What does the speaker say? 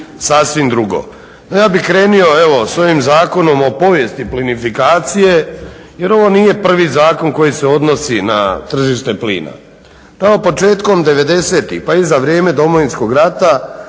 sasvim drugo. No, ja bi krenuo evo s ovim Zakonom o povijesti plinifikacije jer ovo nije prvi zakon koji se odnosi na tržište plina. Tamo početkom 90. pa i za vrijeme Domovinskog rata